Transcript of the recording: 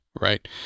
Right